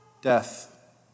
death